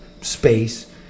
space